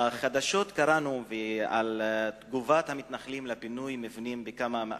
בחדשות קראנו על תגובת המתנחלים לפינוי המבנים בכמה מאחזים.